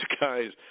guys